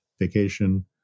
vacation